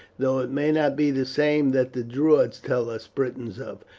though it may not be the same that the druids tell us britons of.